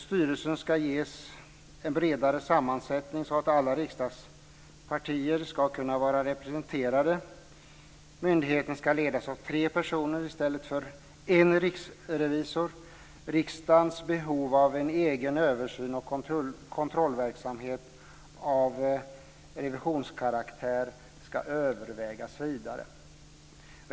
Styrelsen ska ges en bredare sammansättning, så att alla riksdagspartier ska kunna vara representerade. Myndigheten ska ledas av tre personer i stället för av en riksrevisor. Riksdagens behov av en egen översyn och kontrollverksamhet av revisionskaraktär ska övervägas vidare.